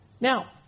Now